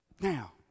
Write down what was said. Now